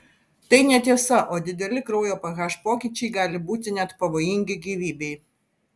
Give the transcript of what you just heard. tai netiesa o dideli kraujo ph pokyčiai gali būti net pavojingi gyvybei